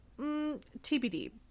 tbd